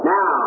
Now